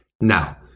now